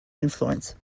influence